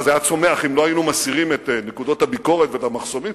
זה היה צומח אם לא היינו מסירים את נקודות הביקורת ואת המחסומים?